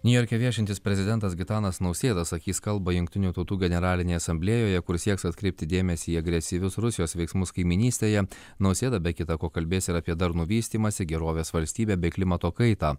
niujorke viešintis prezidentas gitanas nausėda sakys kalbą jungtinių tautų generalinėje asamblėjoje kur sieks atkreipti dėmesį į agresyvius rusijos veiksmus kaimynystėje nausėda be kita ko kalbės ir apie darnų vystymąsi gerovės valstybę bei klimato kaitą